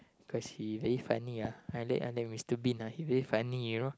cause he very funny ah I like I like Mister Bean ah he very funny you know